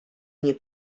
nie